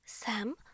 Sam